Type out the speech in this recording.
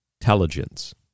intelligence